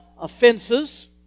offenses